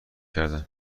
کردن